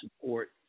support